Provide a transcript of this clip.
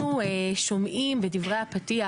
אנחנו שומעים בדברי הפתיח,